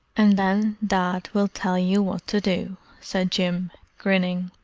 and then dad will tell you what to do, said jim, grinning.